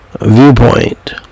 viewpoint